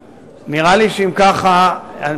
נראה לי שאם כך זאת